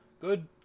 Good